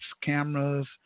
cameras